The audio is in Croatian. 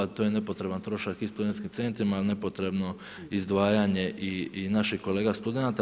To je nepotreban trošak i studentskim centrima, a i nepotrebno izdvajanje i naših kolega studenata.